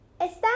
¡Está